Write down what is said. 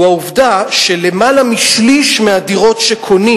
הוא העובדה שיותר משליש מהדירות שקונים